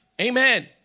Amen